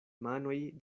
manoj